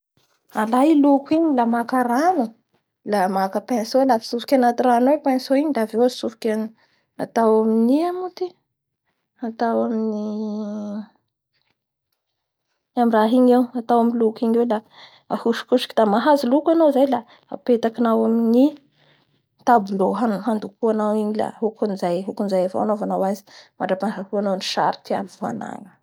Alay loko iny la maka rano, da maka pinco, atsofoky anaty ranoa ao pinco io, da avy eo atsofika, a ataoa amin'ny ina moa ty, atao amin'ny raha igny ao, la apetakinao amin'ny tabeau hanokoanao igny la hokanizay avao nya naovanao azy.